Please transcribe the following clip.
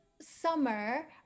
summer